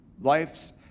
life's